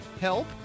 help